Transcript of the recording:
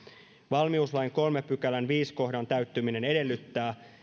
valmiuslain kolmannen pykälän viidennen kohdan täyttyminen edellyttää